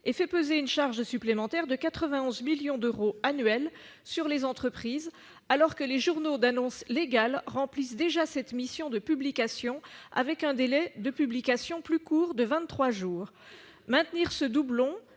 et fait peser une charge supplémentaire de 91 millions d'euros par an sur les entreprises, alors que les journaux d'annonces légales remplissent déjà la mission de publication avec un délai de publication plus court de vingt-trois jours. Maintenir ce doublon